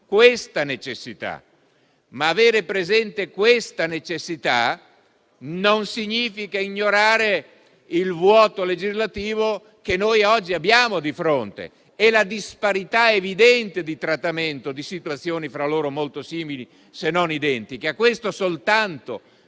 questa necessità. Averla presente non significa però ignorare il vuoto legislativo che oggi abbiamo di fronte e la disparità evidente di trattamento di situazioni tra loro molto simili, se non identiche. A questo soltanto